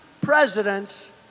presidents